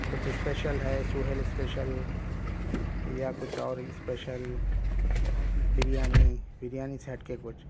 کچھ اسپیشل ہے سُہیل اسپیشل یا کچھ اور اسپیشل بریانی بریانی سے ہٹ کے کچھ